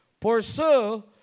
Pursue